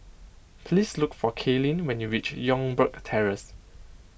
please look for Kalyn when you reach Youngberg Terrace